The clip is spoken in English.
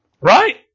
right